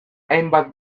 hainbat